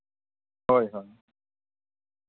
ᱦᱳᱭ ᱦᱳᱭ